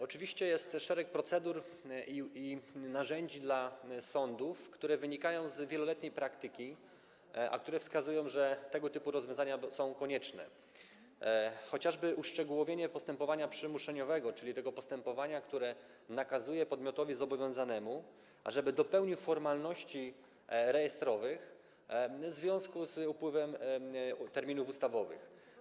Oczywiście jest szereg procedur i narzędzi dla sądów, które wynikają z wieloletniej praktyki, a które wskazują, że tego typu rozwiązania są konieczne, chociażby uszczegółowienie postępowania przymuszeniowego, czyli tego postępowania, które nakazuje podmiotowi zobowiązanemu, ażeby dopełnił formalności rejestrowych w związku z upływem terminów ustawowych.